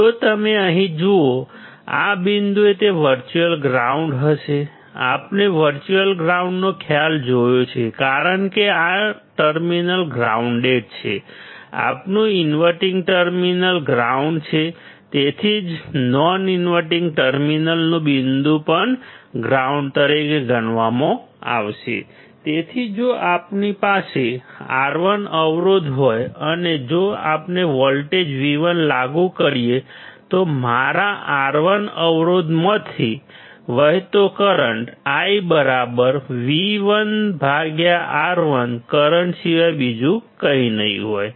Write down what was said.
જો તમે અહીં જુઓ આ બિંદુએ તે વર્ચ્યુઅલ ગ્રાઉન્ડ હશે આપણે વર્ચ્યુઅલ ગ્રાઉન્ડનો ખ્યાલ જોયો છે કારણ કે આ ટર્મિનલ ગ્રાઉન્ડેડ છે આપણું ઇન્વર્ટીંગ ટર્મિનલ ગ્રાઉન્ડ છે તેથી જ નોન ઇન્વર્ટીંગ ટર્મિનલનું બિંદુ પણ ગ્રાઉન્ડ તરીકે ગણવામાં આવશે તેથી જો આપણી પાસે R1 અવરોધ હોય અને જો આપણે વોલ્ટેજ V1 લાગુ કરીએ તો મારા R1 અવરોધમાંથી વહેતો કરંટ IV1 R1 કરંટ સિવાય બીજું કંઈ નહીં હોય